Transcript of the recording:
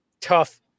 tough